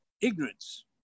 ignorance